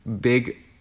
big